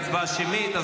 תהיה הצבעה שמית.